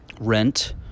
rent